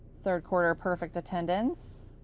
third quarter perfect attendance,